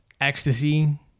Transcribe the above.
ecstasy